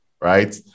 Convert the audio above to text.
right